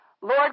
Lord